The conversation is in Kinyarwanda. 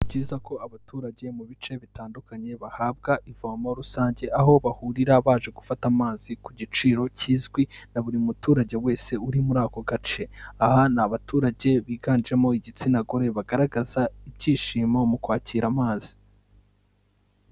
Ni byiza ko abaturage mu bice bitandukanye bahabwa ivomo rusange, aho bahurira baje gufata amazi ku giciro kizwi na buri muturage wese uri muri ako gace. Aha ni abaturage biganjemo igitsina gore bagaragaza ibyishimo mu kwakira amazi.